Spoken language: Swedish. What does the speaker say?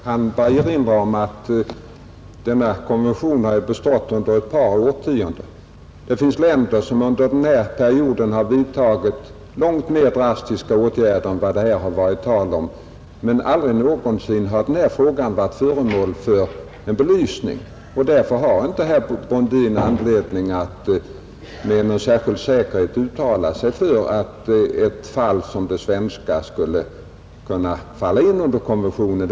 Herr talman! Jag skall bara erinra om att denna konvention har bestått under ett par årtionden. Det finns länder som under den perioden har vidtagit långt mer drastiska åtgärder än vad det här har varit tal om men aldrig någonsin har frågan varit föremål för en belysning. Därför har inte herr Brundin anledning att med någon särskild säkerhet uttala att ett fall som detta svenska skulle kunna föras in under konventionen.